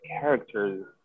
characters